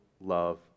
love